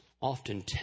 often